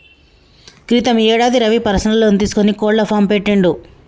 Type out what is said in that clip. క్రితం యేడాది Ravi personal loan తీసుకొని కోళ్ల ఫాం పెట్టిండు